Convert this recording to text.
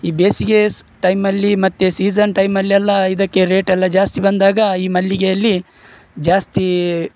ಈ ಬೇಸಿಗೆ ಸ್ ಟೈಮಲ್ಲಿ ಮತ್ತೆ ಸೀಸನ್ ಟೈಮಲ್ಲೆಲ್ಲ ಇದಕ್ಕೆ ರೇಟೆಲ್ಲ ಜಾಸ್ತಿ ಬಂದಾಗ ಈ ಮಲ್ಲಿಗೆಯಲ್ಲಿ ಜಾಸ್ತಿ